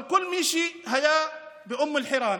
אבל כל מי שהיה באום אל-חיראן